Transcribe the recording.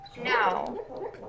No